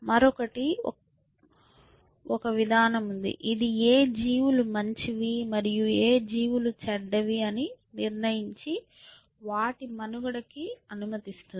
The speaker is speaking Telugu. మరొకటి ఒక విధానం ఉంది ఇది ఏ జీవులు మంచివి మరియు ఏ జీవులు చెడ్డవి అని నిర్ణయించి వాటి మనుగడకు అనుమతిస్తుంది